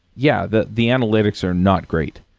yeah, the the analytics are not great.